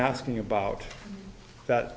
asking about that